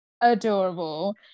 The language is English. adorable